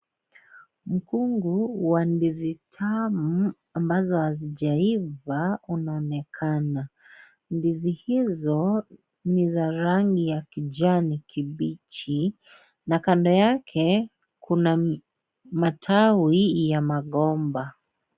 Mkungu wa ndizi tamu ambazo hazijaiva unaonekana . Ndizi hizo ni za rangi ya kijani kibichi na kando yake kuna matawi ya magomba.